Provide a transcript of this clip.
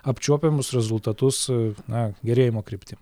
apčiuopiamus rezultatus na gerėjimo kryptim